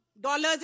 dollars